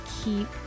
keep